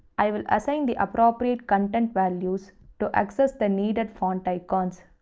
i will assign the appropriate content values to access the needed font icons.